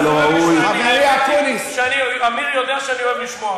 אני אשב.